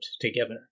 together